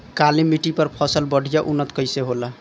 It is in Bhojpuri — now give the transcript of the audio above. काली मिट्टी पर फसल बढ़िया उन्नत कैसे होला?